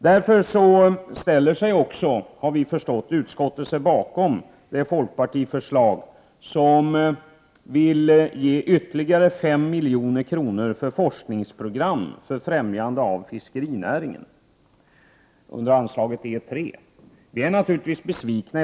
Detta är anledningen, har vi förstått, till att utskottet ställer sig bakom det folkpartiförslag som vill ge ytterligare 5 milj.kr. till forskningsprogram för främjande av fiskerinäringen under anslaget E3.